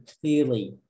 clearly